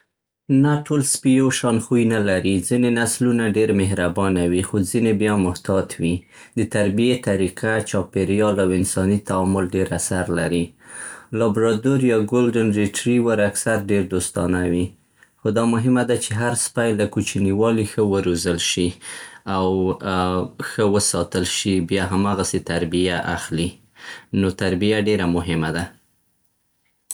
نه، ټول سپي یو شان خوی نه لري. ځینې نسلونه ډېر مهربانه وي، خو ځینې بیا محتاط وي. د تربيې طریقه، چاپېریال، او انساني تعامل ډېر اثر لري. لابرادور یا ګولډن ریټریور اکثر ډېر دوستانه وي. خو دا مهمه ده چې هر سپی له کوچنیوالي ښه وروزل شي او ښه وساتل شي، بيا هماغسې تربيه اخلي. نو تربيه ډېره مهمه ده.